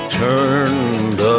turned